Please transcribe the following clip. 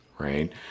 right